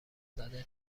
زده